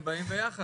הם באים ביחד.